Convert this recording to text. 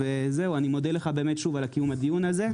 אני שוב מודה לך על קיום הדיון הזה.